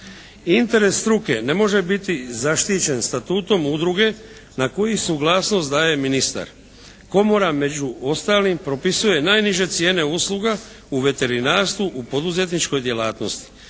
Interes struke ne može biti zaštićen statutom udruge na koji suglasnost daje ministar. Komora među ostalim propisuje najniže cijene usluga u veterinarstvu u poduzetničkoj djelatnosti.